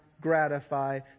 gratify